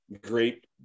Great